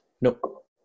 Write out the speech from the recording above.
Nope